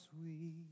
sweet